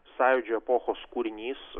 sąjūdžio epochos kūrinys